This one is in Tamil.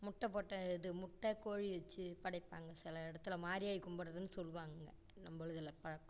முட்டை போட்ட இது முட்டைக் கோழி வச்சி படைப்பாங்கள் சில இடத்துல மாரியாயி கும்புடுகிறதுன்னு சொல்லுவாங்க நம்மளுதுல பழக்கம்